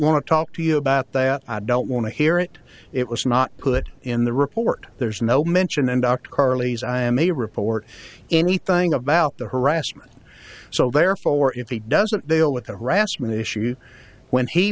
want to talk to you about that i don't want to hear it it was not put in the report there's no mention in dr carley's i am a report anything about the harassment so therefore if he doesn't deal with the harassment issues when he